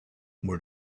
where